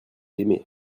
aimé